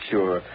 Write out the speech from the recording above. Sure